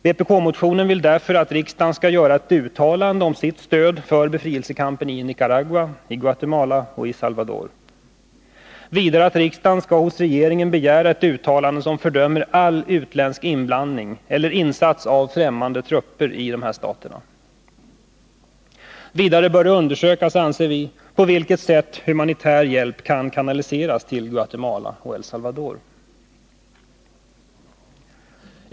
Vpk-motionen vill därför att riksdagen skall göra ett uttalande om stöd för befrielsekampen i Nicaragua, Guatemala och El Salvador, vidare att riksdagen hos regeringen skall begära ett uttalande som fördömer all utländsk inblandning eller insats av fträmmande trupper i dessa stater. Vidare bör det undersökas på vilket sätt humanitär hjälp kan kanaliseras till Guatemala och El Salvador.